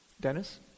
Dennis